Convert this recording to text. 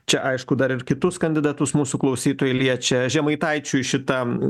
čia aišku dar ir kitus kandidatus mūsų klausytojai liečia žemaitaičiui šitam